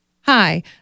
Hi